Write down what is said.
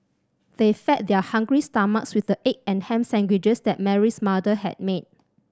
they fed their hungry stomachs with the egg and ham sandwiches that Mary's mother had made